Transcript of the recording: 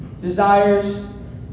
desires